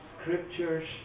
scriptures